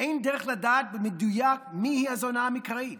אין דרך לדעת במדויק מיהי הזונה המקראית.